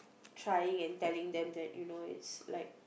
trying and telling them that you know it's like